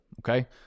okay